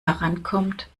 herankommt